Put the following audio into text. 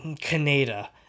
canada